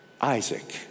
Isaac